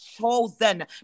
chosen